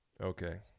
okay